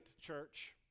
church